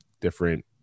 different